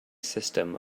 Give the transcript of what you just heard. system